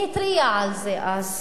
מי התריע על זה אז?